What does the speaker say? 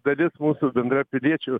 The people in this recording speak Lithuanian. dalis mūsų bendrapiliečių